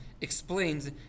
explains